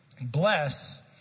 bless